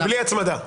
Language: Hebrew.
בלי הצמדה.